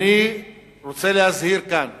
אני רוצה להזהיר כאן